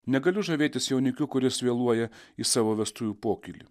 negaliu žavėtis jaunikiu kuris vėluoja į savo vestuvių pokylį